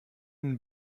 den